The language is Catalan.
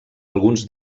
alguns